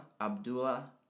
Abdullah